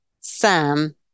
Sam